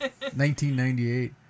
1998